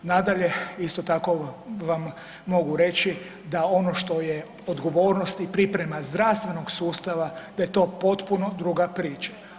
Nadalje, isto tako vam mogu reći da ono što je odgovornost i priprema zdravstvenog sustava da je to potpuno druga priča.